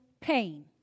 pain